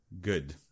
Good